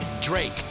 drake